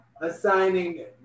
assigning